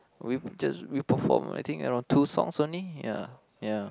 we just we perform I think around two songs only ya ya